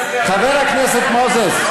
חבר הכנסת מוזס.